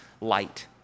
light